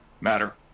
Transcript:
matter